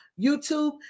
YouTube